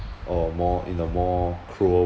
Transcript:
or more in a more cruel